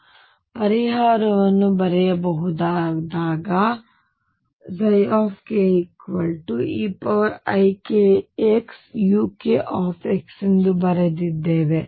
ಈಗ ಪರಿಹಾರವನ್ನು ಬರೆಯಿರಿ ಏಕೆಂದರೆ ನಾವುkeikxuk ಬರೆದಿದ್ದೇವೆ